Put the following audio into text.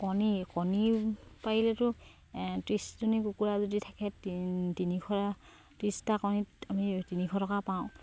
কণী কণী পাৰিলেতো ত্ৰিছজনী কুকুৰা যদি থাকে তিনিশ ত্ৰিছটা কণীত আমি তিনিশ টকা পাওঁ